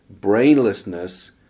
brainlessness